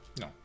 no